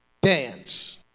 dance